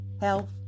health